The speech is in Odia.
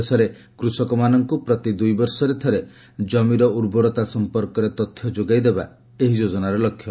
ଦେଶରେ କୃଷକମାନଙ୍କୁ ପ୍ରତି ଦୁଇବର୍ଷରେ ଥରେ ଜମିର ଉର୍ବରତା ସଂପର୍କରେ ତଥ୍ୟ ଯୋଗାଇଦେବା ଏହି ଯୋଜନାର ଲକ୍ଷ୍ୟ